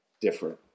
different